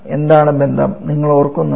എന്താണ് ബന്ധം നിങ്ങൾ ഓർക്കുന്നുണ്ടോ